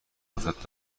مثبت